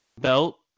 belt